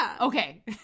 okay